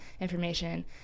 information